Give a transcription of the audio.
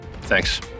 thanks